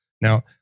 Now